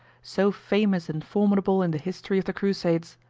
so famous and formidable in the history of the crusades.